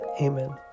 Amen